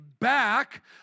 back